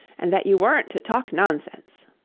and that you weren't to talk nonsense.